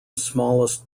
smallest